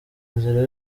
inzira